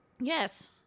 Yes